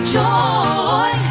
joy